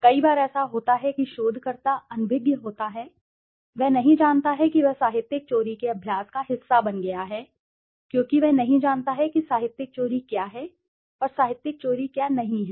कई बार ऐसा होता है कि शोधकर्ता अनभिज्ञ होता है वह नहीं जानता कि वह साहित्यिक चोरी के अभ्यास का हिस्सा बन गया है क्योंकि वह नहीं जानता कि साहित्यिक चोरी क्या है और साहित्यिक चोरी क्या नहीं है